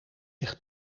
zich